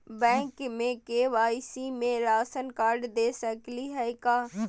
Bank में KYC में ration card दे सकली हई का?